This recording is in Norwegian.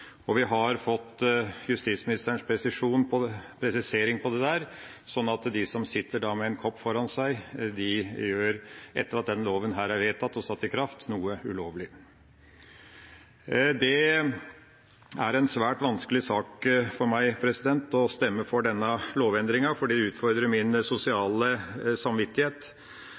hus.» Vi har fått justisministerens presisering av det, sånn at de som sitter med en kopp foran seg, gjør – etter at denne loven er vedtatt og satt i kraft – noe ulovlig. Det er en svært vanskelig sak for meg å stemme for denne lovendringa, for det utfordrer min sosiale samvittighet.